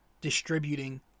distributing